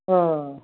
अ